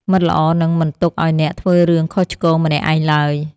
មិត្តល្អនឹងមិនទុកឱ្យអ្នកធ្វើរឿងខុសឆ្គងម្នាក់ឯងឡើយ។